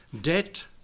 Debt